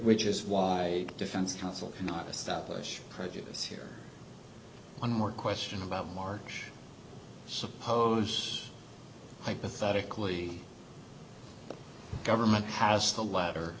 which is why defense counsel cannot establish produce here one more question about marsh suppose hypothetically government has the la